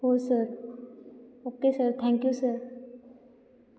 हो sir okay sir thank you sir